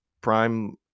Prime